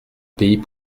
pays